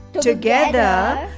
together